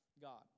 God